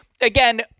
again